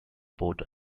port